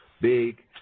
big